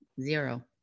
zero